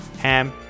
ham